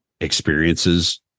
experiences